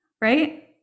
Right